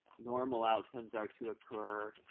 normal outcomes are to occur,